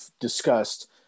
discussed